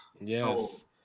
Yes